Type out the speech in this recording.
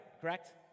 correct